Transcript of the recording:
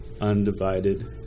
undivided